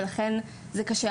ולכן זה קשה.